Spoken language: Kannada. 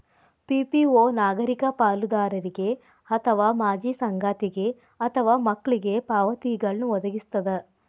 ಪಿ.ಪಿ.ಓ ನಾಗರಿಕ ಪಾಲುದಾರರಿಗೆ ಅಥವಾ ಮಾಜಿ ಸಂಗಾತಿಗೆ ಅಥವಾ ಮಕ್ಳಿಗೆ ಪಾವತಿಗಳ್ನ್ ವದಗಿಸ್ತದ